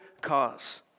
cause